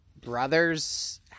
Brother's